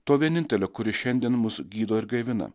to vienintelio kuris šiandien mus gydo ir gaivina